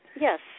yes